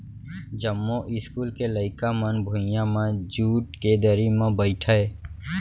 जमो इस्कूल के लइका मन भुइयां म जूट के दरी म बइठय